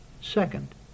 second